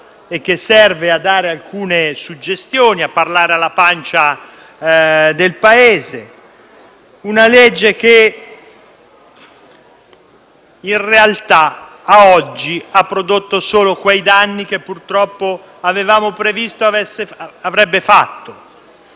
e serve a dare alcune suggestioni, a parlare alla pancia del Paese; una legge che in realtà, ad oggi, ha prodotto solo quei danni che purtroppo avevamo previsto avrebbe fatto.